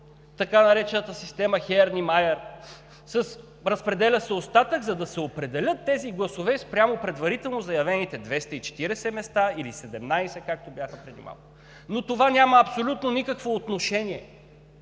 така наречената система „Хеърни – Майер“ се разпределя остатък, за да се определят тези гласове спрямо предварително заявените 240 места, или 17, както бяха преди малко, но това няма абсолютно никакво отношение